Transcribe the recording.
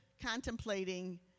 contemplating